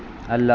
അല്ല